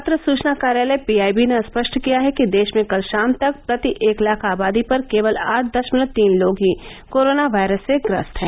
पत्र सूचना कार्यालय पीआईबी ने स्पष्ट किया है कि देश में कल शाम तक प्रति एक लाख आबादी पर केवल आठ दशमलव तीन लोग ही कोरोना वायरस से ग्रस्त हैं